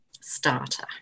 Starter